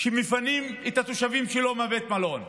שמפנים את התושבים שלו מבית המלון,